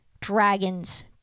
dragons